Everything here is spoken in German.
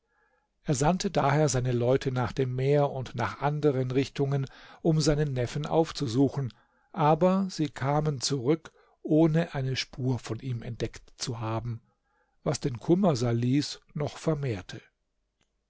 er sandte daher seine leute nach dem meer und nach anderen richtungen um seinen neffen aufzusuchen aber sie kamen zurück ohne eine spur von ihm entdeckt zu haben was den kummer salihs noch vermehrte